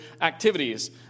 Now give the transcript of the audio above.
activities